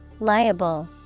Liable